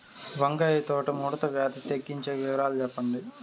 వంకాయ తోట ముడత వ్యాధి తగ్గించేకి వివరాలు చెప్పండి?